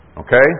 Okay